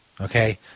okay